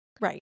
Right